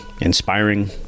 inspiring